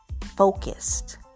focused